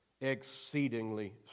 exceedingly